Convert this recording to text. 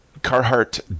Carhartt